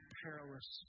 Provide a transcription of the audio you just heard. perilous